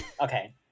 Okay